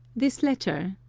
this letter,